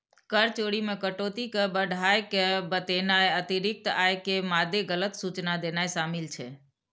कर चोरी मे कटौती कें बढ़ाय के बतेनाय, अतिरिक्त आय के मादे गलत सूचना देनाय शामिल छै